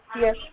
Yes